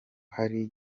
hari